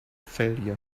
failure